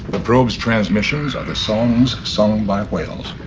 the probe's transmissions are the songs sung by whales